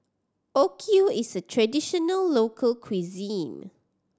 okayu is a traditional local cuisine